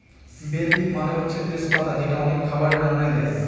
বে লিফ মানে হচ্ছে তেজ পাতা যেটা অনেক খাবারের রান্নায় দেয়